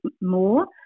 more